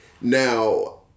Now